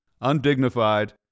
undignified